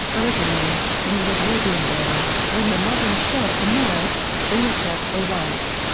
originally, in the edwardian era, when the modern shirt emerged, all shirts were white.